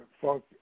Funk